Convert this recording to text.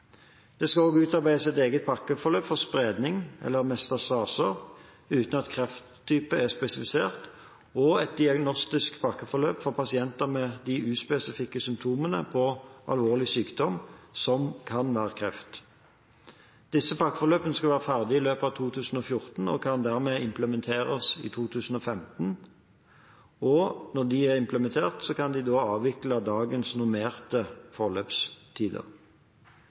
Det skal også utarbeides et eget pakkeforløp for spredning, eller metastaser, uten at krefttype er spesifisert, og et diagnostisk pakkeforløp for pasienter med uspesifikke symptomer på alvorlig sykdom som kan være kreft. Disse pakkeforløpene skal være ferdige i løpet av 2014 og kan dermed implementeres i 2015. Når de er implementert, kan vi avvikle dagens normerte forløpstider.